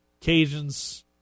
Cajuns